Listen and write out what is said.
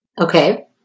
Okay